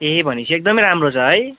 ए भनेपछि एकदमै राम्रो छ है